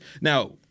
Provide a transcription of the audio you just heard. Now